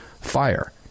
fire